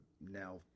now